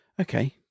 Okay